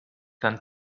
than